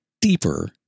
deeper